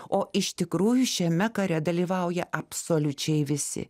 o iš tikrųjų šiame kare dalyvauja absoliučiai visi